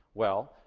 well,